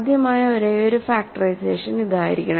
സാധ്യമായ ഒരേയൊരു ഫാക്ടറൈസേഷൻ ഇതായിരിക്കണം